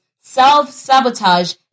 self-sabotage